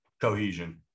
Cohesion